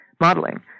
modeling